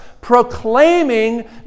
proclaiming